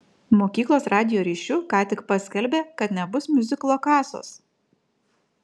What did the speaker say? mokyklos radijo ryšiu ką tik paskelbė kad nebus miuziklo kasos